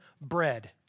bread